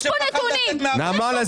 יש פה נתונים --- הפרעות